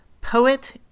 poet